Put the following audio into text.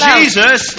Jesus